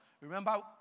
Remember